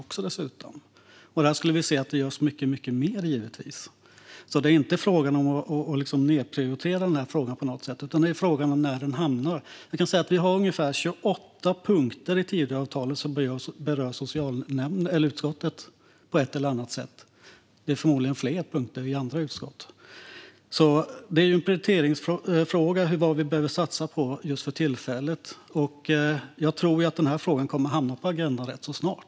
Här skulle vi givetvis vilja se att det görs mycket mer. Det är alltså inte fråga om att nedprioritera detta på något sätt, utan frågan är när det hamnar på agendan. Vi har ungefär 28 punkter i Tidöavtalet som berör socialutskottet på ett eller annat sätt. För andra utskott är det förmodligen fler punkter. Det är en prioriteringsfråga vad vi behöver satsa på just för tillfället. Jag tror att denna fråga kommer att hamna på agendan rätt snart.